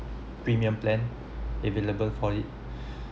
premium plan available for it